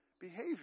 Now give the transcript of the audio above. behavior